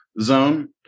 zone